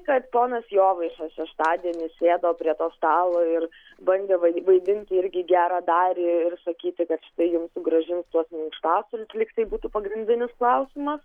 kad ponas jovaiša šeštadienį sėdo prie to stalo ir bandė vai vaidinti irgi geradarį ir sakyti kad štai jums sugrąžins tuos minkštasuolius lyg tai būtų pagrindinis klausimas